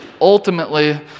ultimately